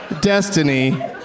destiny